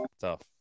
tough